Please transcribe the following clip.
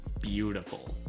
beautiful